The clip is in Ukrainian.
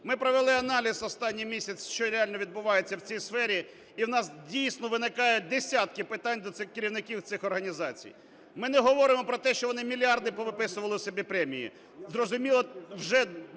Ми провели аналіз останній місяць, що реально відбувається у цій сфері, і у нас дійсно виникає десятки питань до цих керівників цих організацій. Ми не говоримо про те, що вони мільярди повиписували собі премії,